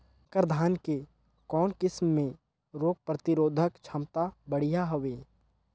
संकर धान के कौन किसम मे रोग प्रतिरोधक क्षमता बढ़िया हवे?